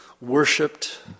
worshipped